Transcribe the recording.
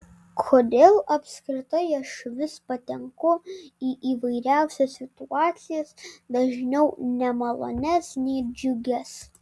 kodėl apskritai aš vis patenku į įvairiausias situacijas dažniau nemalonias nei džiugias